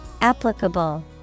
Applicable